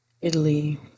Italy